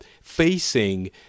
facing